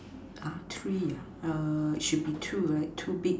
!huh! three ah err should be two right two big